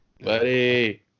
buddy